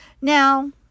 Now